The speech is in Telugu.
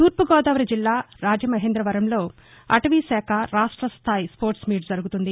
తూర్పు గోదావరి జిల్లా రాజమహేందవరంలో అటవీశాఖ రాష్ట్ర స్థాయి స్పోర్డ్ మీట్ జరుగుతుంది